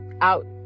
out